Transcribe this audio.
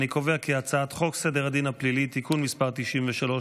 אני קובע כי הצעת החוק אושרה בקריאה השנייה.